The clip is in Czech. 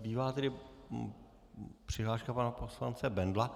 Zbývá tedy přihláška pana poslance Bendla.